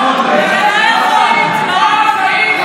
חבר הכנסת סמוטריץ'.